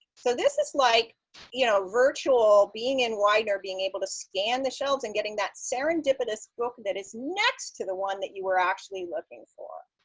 so this is like you know virtual being in widener, being able to scan the shelves and getting that serendipitous book that is next to the one that you were actually looking for.